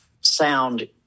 sound